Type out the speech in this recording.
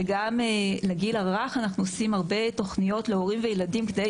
שגם לגיל הרך אנחנו עושים הרבה תוכניות להורים ולילדים כדי